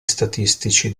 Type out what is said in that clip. statistici